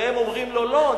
והם אומרים לו: לא,